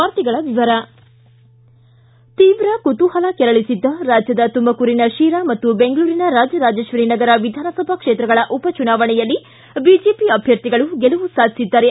ವಾರ್ತೆಗಳ ವಿವರ ತೀವ್ರ ಕುತೂಹಲ ಕೆರಳಿಸಿದ್ದ ರಾಜ್ಯದ ತುಮಕೂರಿನ ಶಿರಾ ಮತ್ತು ಬೆಂಗಳೂರಿನ ರಾಜರಾಜೇಶ್ವರಿ ನಗರ ವಿಧಾನಸಭಾ ಕ್ಷೇತ್ರಗಳ ಉಪಚುನಾವಣೆಯಲ್ಲಿ ಬಿಜೆಪಿ ಅಭ್ಯರ್ಥಿಗಳು ಗೆಲುವು ಸಾಧಿಸಿದ್ದಾರೆ